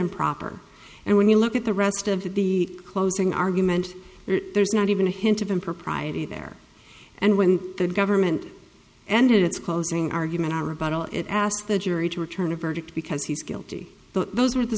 improper and when you look at the rest of the closing argument there's not even a hint of impropriety there and when the government and its closing argument are rebuttal it asks the jury to return a verdict because he's guilty those were the